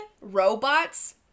robots